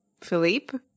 Philippe